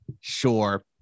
sure